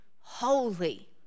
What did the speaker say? holy